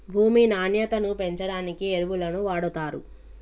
భూమి నాణ్యతను పెంచడానికి ఎరువులను వాడుతారు